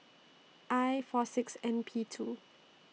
I four six N P two